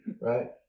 right